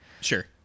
Sure